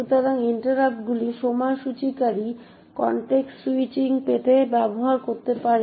সুতরাং ইন্টারাপ্টগুলি সময়সূচীকারীরা কনটেক্সট স্যুইচিং পেতে ব্যবহার করতে পারে